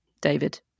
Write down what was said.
David